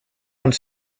owned